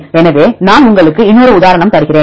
எனவே நான் உங்களுக்கு இன்னொரு உதாரணம் தருகிறேன்